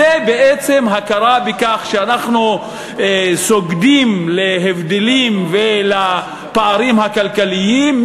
זה בעצם הכרה בכך שאנחנו סוגדים להבדלים ולפערים הכלכליים.